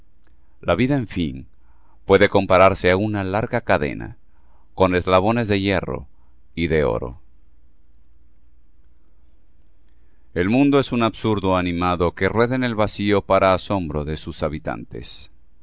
la vida en fin puede compararse á una larga cadena con estabones de hierro y de oro el mundo es un absurdo animado que rueda en el vacío para asombro de sus habitantes